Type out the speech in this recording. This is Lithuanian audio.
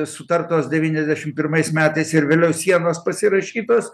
sutartos devyniasdešim pirmais metais ir vėliau sienos pasirašytos